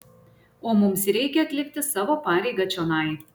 o mums reikia atlikti savo pareigą čionai